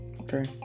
Okay